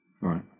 right